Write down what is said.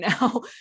now